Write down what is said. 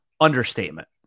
understatement